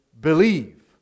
believe